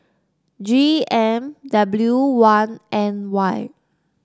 G M W one N Y